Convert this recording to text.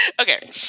okay